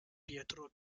pietro